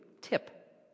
tip